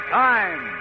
time